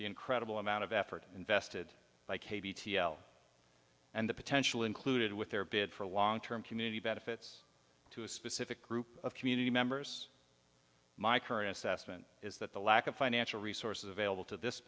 the incredible amount of effort invested by k b and the potential included with their bid for a long term community benefits to a specific group of community members my current assessment is that the lack of financial resources available to this